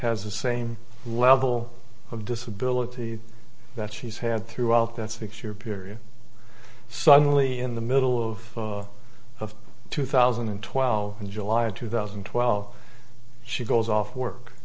has the same level of disability that she's had throughout that's fix your period suddenly in the middle of of two thousand and twelve in july of two thousand and twelve she goes off work